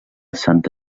santa